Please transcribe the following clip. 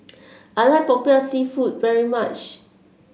I like popiah seafood very much